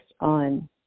on